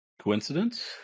Coincidence